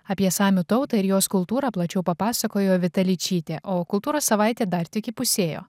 apie samių tautą ir jos kultūrą plačiau papasakojo vita ličytė o kultūros savaitė dar tik įpusėjo